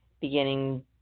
beginning